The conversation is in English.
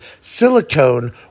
silicone